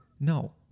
No